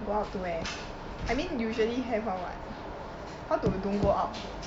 go out to where I mean usually have [one] [what] how to don't go out